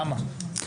למה?